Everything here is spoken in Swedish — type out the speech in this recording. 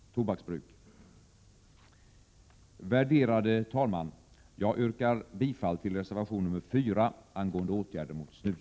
Fru talman! Jag yrkar bifall till reservation nr 4 angående åtgärder mot snus.